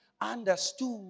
understood